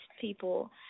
people